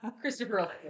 Christopher